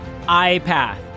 iPath